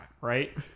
right